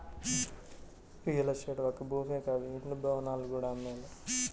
real estate ఒక్క భూమే కాదు ఇండ్లు, భవనాలు కూడా అమ్మేదే